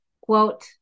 quote